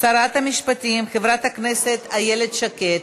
שרת המשפטים חברת הכנסת איילת שקד.